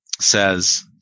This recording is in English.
says